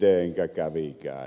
mitenkä kävikään